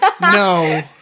no